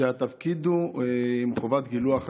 שבהם התפקיד הוא עם חובת גילוח הזקן.